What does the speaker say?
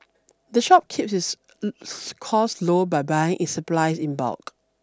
the shop keeps its costs low by buying its supplies in bulk